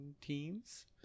teams